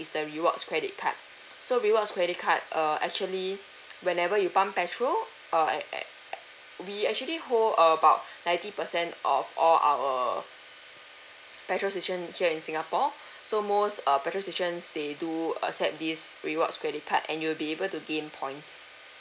is the rewards credit card so rewards credit card err actually whenever you pump petrol uh at at a~ we actually hold about ninety percent of all our petrol station here in singapore so most uh petrol stations they do accept this rewards credit card and you'll be able to gain points